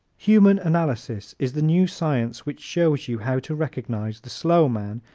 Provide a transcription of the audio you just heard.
human analysis is the new science which shows you how to recognize the slow man,